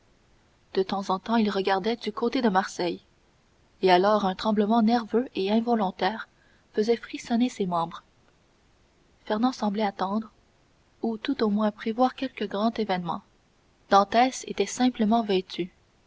de temps en temps il regardait du côté de marseille et alors un tremblement nerveux et involontaire faisait frissonner ses membres fernand semblait attendre ou tout au moins prévoir quelque grand événement dantès était simplement vêtu